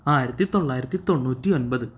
ആയിരത്തി തൊള്ളായിരത്തി തൊണ്ണുറ്റി ഒൻപത്